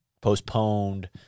postponed